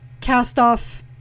cast-off